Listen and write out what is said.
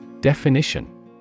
Definition